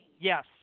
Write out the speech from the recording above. Yes